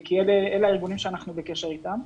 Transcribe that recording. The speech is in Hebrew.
כי אלה הארגונים שאנחנו בקשר אתם.